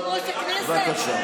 יושב-ראש הכנסת,